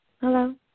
Hello